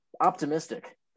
optimistic